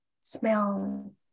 Smell